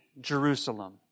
Jerusalem